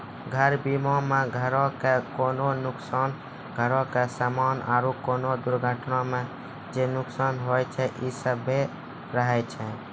घर बीमा मे घरो के कोनो नुकसान, घरो के समानो आरु कोनो दुर्घटना मे जे नुकसान होय छै इ सभ्भे रहै छै